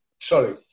sorry